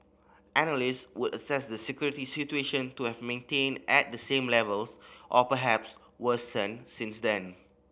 analyst would assess the security situation to have maintained at the same levels or perhaps worsened since then